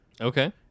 Okay